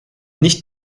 nicht